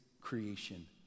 creation